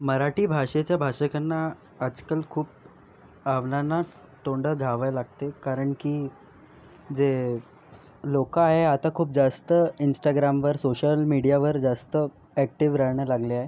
मराठी भाषेच्या भाषिकांना आजकल खूप भावनांना तोंडात घ्यावे लागते कारण की जे लोक आहे आता खूप जास्त इंस्टाग्रामवर सोशल मिडीयावर जास्त ॲक्टिव्ह राहाणं लागले आहे